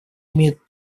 имеет